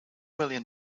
million